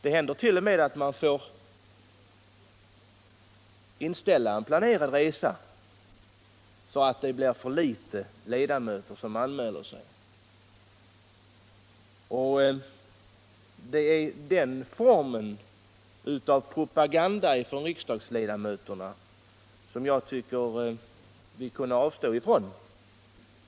Det händer t.o.m. att man får inställa en planerad resa därför att alltför få ledamöter anmäler sig. Det är en form av propaganda från riksdagsledamöterna som jag tycker att vi kunde avstå från.